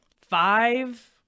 five